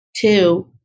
Two